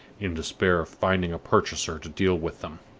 in despair of finding a purchaser to deal with them.